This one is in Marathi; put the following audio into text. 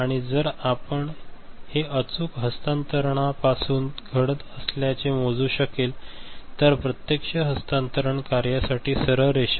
आणि जर आपण हे अचूक हस्तांतरणापासून घडत असल्याचे मोजू शकले तर प्रत्यक्ष हस्तांतरण कार्यासाठी सरळ रेषा